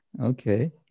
Okay